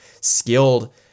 skilled